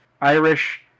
irish